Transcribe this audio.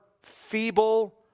feeble